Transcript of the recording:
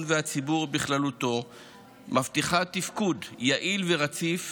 והציבור בכללותו מבטיחה תפקוד יעיל ורציף